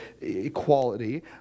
equality